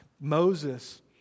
Moses